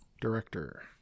director